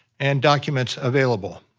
and documents available.